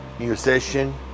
Musician